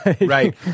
Right